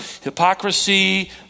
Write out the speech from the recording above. hypocrisy